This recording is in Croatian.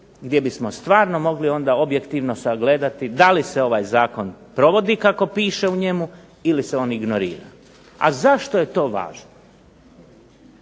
gdje bismo stvarno mogli onda objektivno sagledati da li se ovaj zakon provodi kako piše u njemu, ili se on ignorira. A zašto je to važno?